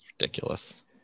Ridiculous